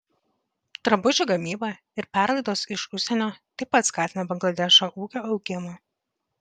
drabužių gamyba ir perlaidos iš užsienio taip pat skatina bangladešo ūkio augimą